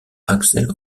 axel